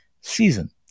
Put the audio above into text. season